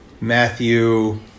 Matthew